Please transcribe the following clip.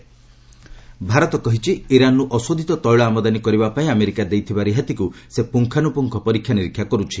MEA Iran sanction Bharat କହିଛି ଇରାନ୍ରୁ ଅଶୋଧିତ ତୈଳ ଆମଦାନୀ କରିବା ପାଇଁ ଆମେରିକା ଦେଇଥିବା ରିହାତିକୁ ସେ ପୁଙ୍ଗାନୁପୁଙ୍ଗ ପରୀକ୍ଷାନିରୀକ୍ଷା କରୁଛି